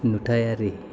नुथायारि